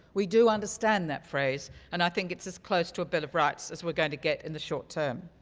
we do understand that phrase and i think it's as close to a bill of rights as we're going to get in the short term.